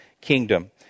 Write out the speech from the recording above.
kingdom